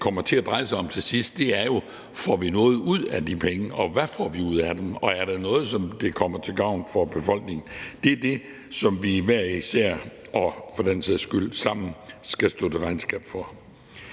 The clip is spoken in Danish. kommer til at dreje sig om til sidst, er, om vi får noget ud af de penge, hvad vi får ud af dem, og om det er noget, som kommer befolkningen til gavn. Det er det, som vi hver især og for den sags skyld sammen skal stå til regnskab for.